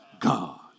God